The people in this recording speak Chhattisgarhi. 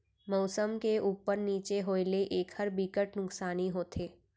मउसम के उप्पर नीचे होए ले एखर बिकट नुकसानी होथे